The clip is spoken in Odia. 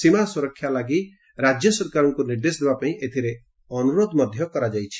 ସୀମା ସୁରକ୍ଷା ଲାଗି ରାଜ୍ୟ ସରକାରଙ୍କୁ ନିର୍ଦ୍ଦେଶ ଦେବାପାଇଁ ଏଥିରେ ଅନୁରୋଧ କରାଯାଇଛି